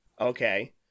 Okay